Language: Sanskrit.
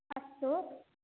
अस्तु